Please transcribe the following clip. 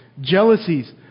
jealousies